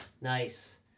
Nice